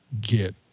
get